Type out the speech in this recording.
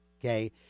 okay